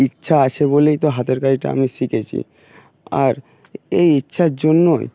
ইচ্ছা আছে বলেই তো হাতের কাজটা আমি শিখেছি আর এই ইচ্ছার জন্যই